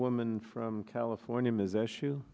woman from california ms issue